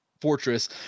fortress